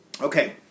okay